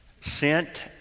Sent